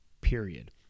period